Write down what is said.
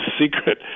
secret